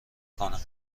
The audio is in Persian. کنم